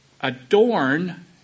Adorn